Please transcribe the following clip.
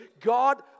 God